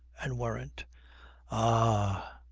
and weren't ah!